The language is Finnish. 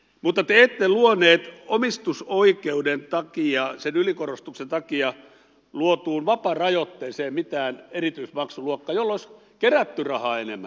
mutta te ette luoneet omistusoikeuden ylikorostuksen takia luotuun vaparajoitteeseen mitään erityismaksuluokkaa jolla olisi kerätty rahaa enemmän